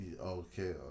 okay